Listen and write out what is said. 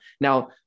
Now